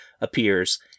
appears